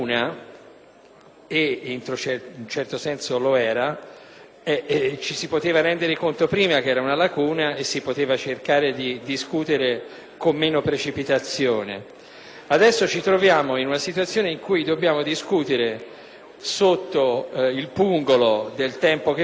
(e in un certo senso lo era), ce ne si poteva rendere conto prima e si poteva cercare di discutere con meno precipitazione. Adesso ci troviamo in una situazione in cui dobbiamo discutere sotto il pungolo del tempo che fugge